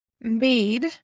made